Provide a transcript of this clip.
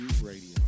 Radio